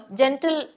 gentle